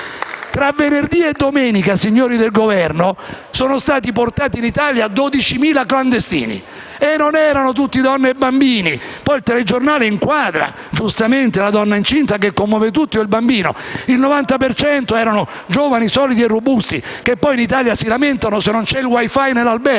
Tra venerdì e domenica, signori del Governo, sono stati portati in Italia 12.000 clandestini, e non erano tutti donne e bambini; il telegiornale inquadra giustamente la donna incinta che commuove tutti o il bambino, ma il 90 per cento era composto da giovani solidi e robusti, che poi in Italia si lamentano se non c'è il *wi-fi* in albergo,